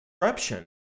corruption